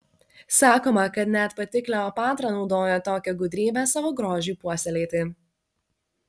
sakoma kad net pati kleopatra naudojo tokią gudrybę savo grožiui puoselėti